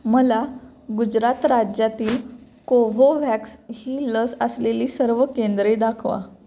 मला गुजरात राज्यातील कोवोव्हॅक्स ही लस असलेली सर्व केंद्रे दाखवा